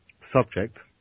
Subject